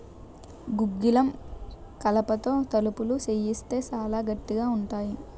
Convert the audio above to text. గుగ్గిలం కలపతో తలుపులు సేయిత్తే సాలా గట్టిగా ఉంతాయి